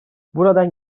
buradan